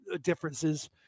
differences